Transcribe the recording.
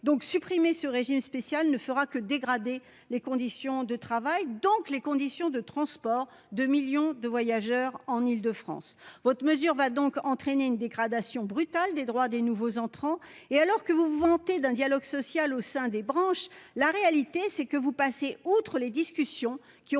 supprimer ce régime spécial ne fera que dégrader les conditions de travail, donc les conditions de transport de millions de voyageurs en Île-de-France. Votre mesure va entraîner une dégradation brutale des droits des nouveaux entrants. Alors même que vous vous vantez d'un dialogue social au sein des branches, la réalité est que vous passez outre les discussions qui ont